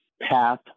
path